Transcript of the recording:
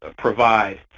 ah provide.